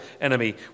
enemy